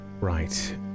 Right